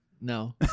no